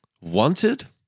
Wanted